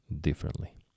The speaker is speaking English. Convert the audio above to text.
differently